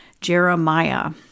Jeremiah